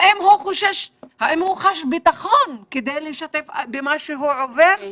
האם הוא חש ביטחון כדי לשתף במה שהוא עובר?